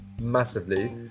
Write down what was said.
massively